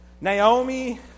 Naomi